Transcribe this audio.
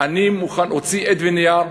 אני מוכן, הוציא עט ונייר,